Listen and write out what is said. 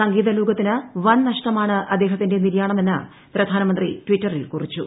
സംഗീതലോകത്തിന് വൻ നഷ്ടമാണ് അദ്ദേഹത്തിന്റെ നിര്യാണം എന്ന് പ്രധാനമന്ത്രി ട്വിറ്ററിൽ കുറിച്ചു